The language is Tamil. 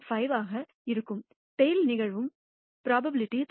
5 ஆகவும் டைல் நிகழும் ப்ரோபபிலிட்டி தோராயமாக 0